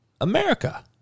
America